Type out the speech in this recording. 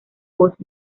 voz